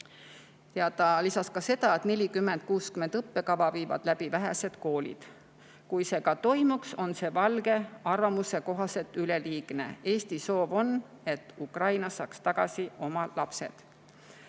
Ta lisas ka seda, et 40 : 60 õppekava viivad läbi vähesed koolid. Kui see ka toimuks, on see Valge arvamuse kohaselt üleliigne. Eesti soov on, et Ukraina saaks oma lapsed